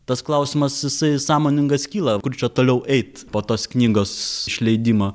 tas klausimas jisai sąmoningas kyla kur čia toliau eit po tos knygos išleidimo